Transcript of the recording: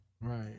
Right